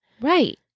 Right